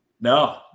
No